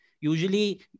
Usually